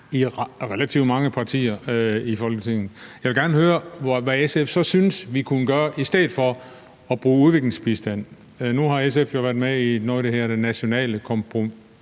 i relativt mange partier i Folketinget. Jeg vil gerne høre, hvad SF så synes vi kunne gøre i stedet for at bruge udviklingsbistand. Nu er SF med i noget, der hedder det nationale kompromis,